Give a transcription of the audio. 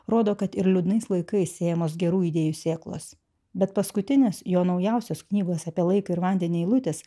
rodo kad ir liūdnais laikais siejamos gerų idėjų sėklos bet paskutinis jo naujausios knygos apie laiką ir vandenį eilutės